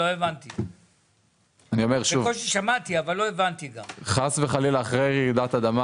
ברור שאחרי רעידת אדמה